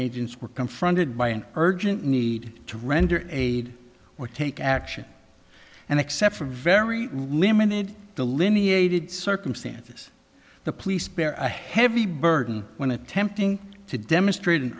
agents were confronted by an urgent need to render aid or take action and except for very limited delineated circumstances the police bear a heavy burden when attempting to demonstrate an